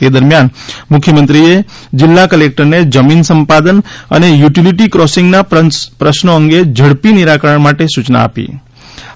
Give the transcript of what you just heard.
તે દરમિયાન મુખ્યમંત્રીએ જિલ્લા ક્લેક્ટરને જમીન સંપાદન અને યુટીલીટી ક્રોસિંગના પ્રશ્નો અંગે ઝડપી નિરાકરણ માટે સૂચના આપી હતદી